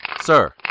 Sir